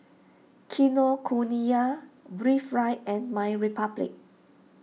Kinokuniya Breathe Right and MyRepublic